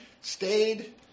stayed